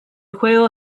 juego